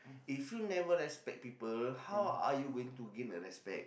if you never respect people how are you going to gain the respect